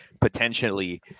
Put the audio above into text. potentially